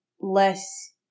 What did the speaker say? less